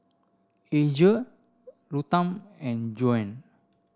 Asia Ruthann and Joan